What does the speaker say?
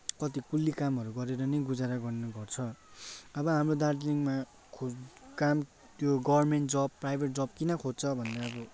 कति कुल्ली कामहरू गरेर नै गुजारा गर्ने गर्छ अब हाम्रो दार्जिलिङमा खु काम त्यो गर्मेन्ट जब प्राइभेट जब किन खोज्छ भन्दा अब